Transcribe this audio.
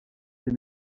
des